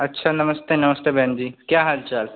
अच्छा नमस्ते नमस्ते बहन जी क्या हाल चाल